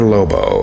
Lobo